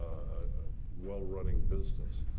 a well-running business?